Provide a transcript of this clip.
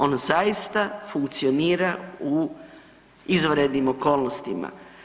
Ono zaista funkcionira u izvanrednim okolnostima.